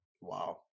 Wow